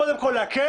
קודם כל להקל,